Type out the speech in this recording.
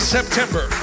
September